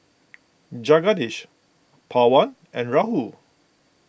Jagadish Pawan and Rahul